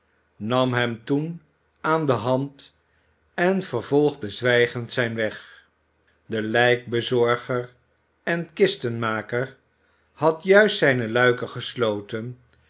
nam hem toen aan de hand en vervolgde zwijgend zijn weg de lijkbezorger en kistenmaker had juist zijne luiken gesloten